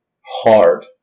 Hard